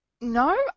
No